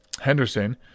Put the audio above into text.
henderson